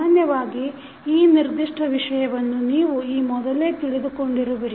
ಸಾಮಾನ್ಯವಾಗಿ ಈ ನಿರ್ದಿಷ್ಟ ವಿಷಯವನ್ನು ನೀವು ಈ ಮೊದಲೇ ತಿಳಿದುಕೊಂಡಿರುವಿರಿ